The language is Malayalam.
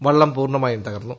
വളളം പൂർണമായും തകർന്നു